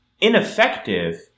ineffective